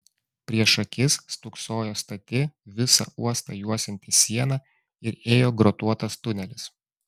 prieš akis stūksojo stati visą uostą juosianti siena ir ėjo grotuotas tunelis